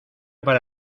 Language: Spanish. para